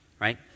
right